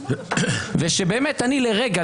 אני לרגע,